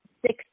Six